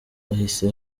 hahise